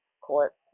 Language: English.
court